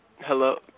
hello